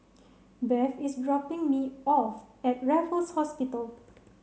Bev is dropping me off at Raffles Hospital